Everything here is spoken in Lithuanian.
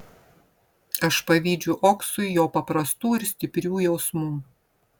aš pavydžiu oksui jo paprastų ir stiprių jausmų